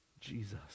Jesus